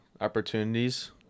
opportunities